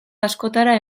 askotara